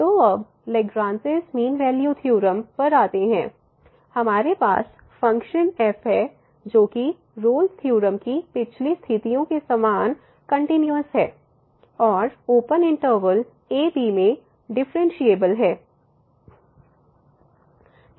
तो अब Lagrange mean value theorem पर आते हैं हमारे पास फ़ंक्शन f है जोकि रोल्स की थ्योरम Rolle's theorem की पिछली स्थितियों के समान कंटिन्यूस है और ओपन इंटरवल a b में डिफरेंशिएबल है